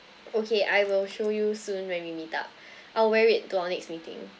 okay I will show you soon when we meet up I'll wear it to our next meeting